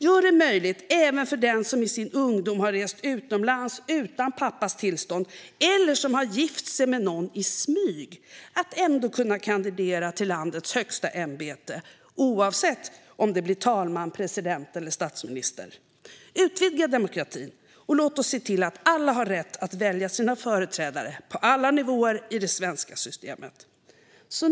Gör det möjligt även för den som i sin ungdom har rest utomlands utan pappas tillstånd eller för den som har gift sig med någon i smyg att ändå kandidera till landets högsta ämbete - oavsett om det blir talman, president eller statsminister! Utvidga demokratin, och låt oss se till att alla har rätt att välja sina företrädare på alla nivåer i det svenska systemet!